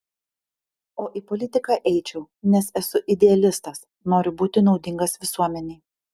o į politiką eičiau nes esu idealistas noriu būti naudingas visuomenei